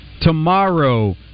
Tomorrow